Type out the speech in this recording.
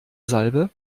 salbe